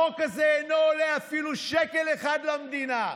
החוק הזה אינו עולה אפילו שקל אחד למדינה.